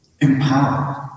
empowered